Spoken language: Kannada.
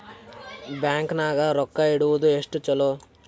ಬ್ಯಾಂಕ್ ನಾಗ ರೊಕ್ಕ ಇಡುವುದು ಎಷ್ಟು ಚಲೋ?